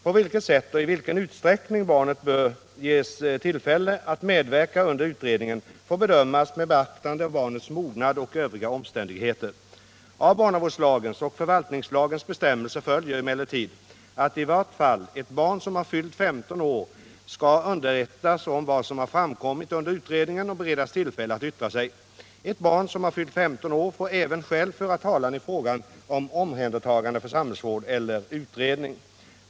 På vilket sätt och i vilken utsträckning barnet bör ges tillfälle att medverka under utredningen får bedömas med beaktande av barnets mognad och övriga omständigheter. Av barnavårdslagens och förvaltningslagens bestämmelser följer emellertid att i vart fall ett barn som har fyllt 15 år skall underrättas om vad som har framkommit under utredningen och beredas tillfälle att yttra sig. Ett barn som har fyllt 15 år får även självt föra talan i fråga om omhändertagande för samhällsvård eller utredning.